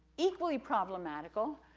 equally problematical,